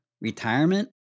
retirement